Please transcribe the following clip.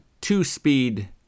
two-speed